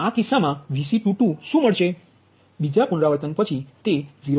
તેથી તે કિસ્સામાં Vc22શું મળશે બીજા પુનરાવૃત્તન પછી તે 0